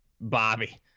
Bobby